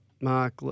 Mark